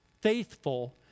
faithful